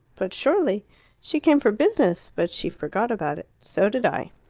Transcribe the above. but surely she came for business. but she forgot about it so did i.